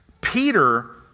Peter